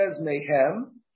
mayhem